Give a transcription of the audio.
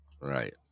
Right